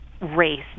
race